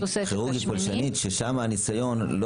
ששם הניסיון הפיזי,